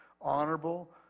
honorable